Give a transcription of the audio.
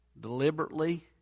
deliberately